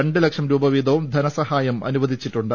രണ്ട് ലക്ഷം രൂപ വീതവും ധനസഹായം അനുവദിച്ചിട്ടുണ്ട്